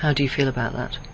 um do you feel about that?